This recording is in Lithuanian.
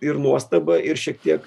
ir nuostabą ir šiek tiek